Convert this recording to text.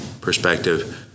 perspective